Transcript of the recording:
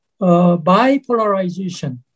bipolarization